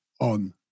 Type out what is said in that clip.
on